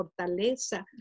fortaleza